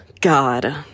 god